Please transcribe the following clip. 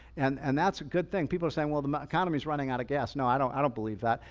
and and that's a good thing. people are saying, well, the economy's running out of gas. no, i don't don't believe that.